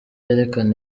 yerekana